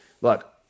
look